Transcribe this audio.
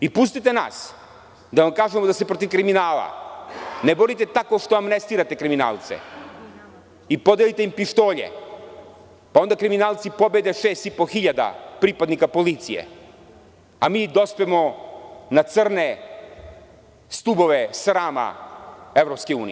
Pustite nas da vam kažemo da se protiv kriminala ne borite tako što amnestirate kriminalce i podelite im pištolje, pa onda kriminalci pobede šest i po hiljada pripadnika policije a mi dospemo na crne stubove srama EU.